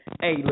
hey